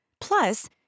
Plus